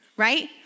right